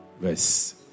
verse